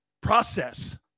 process